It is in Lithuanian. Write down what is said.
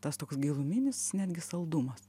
tas toks giluminis netgi saldumas